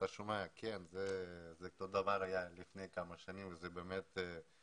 אתה שומע שאותו דבר היה לפני כמה שנים עם העלייה מרוסיה.